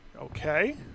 Okay